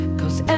cause